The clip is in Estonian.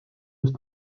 eest